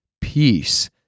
peace